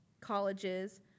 colleges